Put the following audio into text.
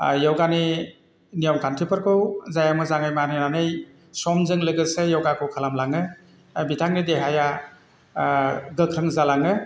योगानि नियम खान्थिफोरखौ जाय मोजाङै मानिनानै समजों लोगोसे योगाखौ खालाम लाङो बिथांनि देहाया गोख्रों जालाङो